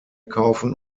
kaufen